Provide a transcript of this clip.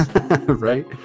right